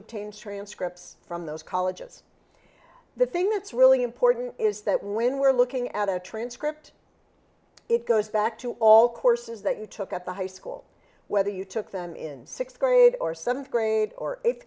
obtain transcripts from those colleges the thing that's really important is that when we're looking at a transcript it goes back to all courses that you took at the high school whether you took them in sixth grade or seventh grade or eighth